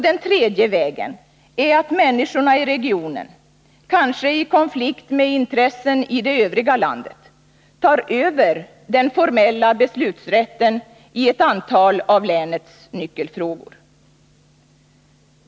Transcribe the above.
Den tredje vägen är att människorna i regionen, kanske i konflikt med intressen i det övriga landet, tar över den formella beslutsrätten i ett antal av länets nyckelfrågor.